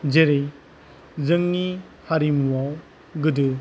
जेरै जोंनि हारिमुआव गोदो